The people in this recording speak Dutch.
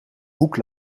hoek